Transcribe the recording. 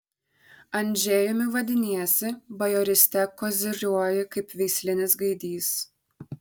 andžejumi vadiniesi bajoryste koziriuoji kaip veislinis gaidys